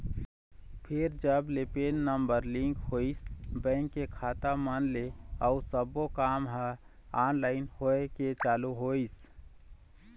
फेर जब ले पेन नंबर लिंक होइस बेंक के खाता मन ले अउ सब्बो काम ह ऑनलाइन होय के चालू होइस